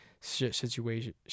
situation